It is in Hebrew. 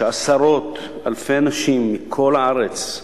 כשעשרות אלפי אנשים מכל הארץ,